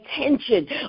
attention